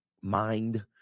mind